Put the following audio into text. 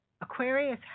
Aquarius